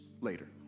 later